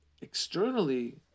externally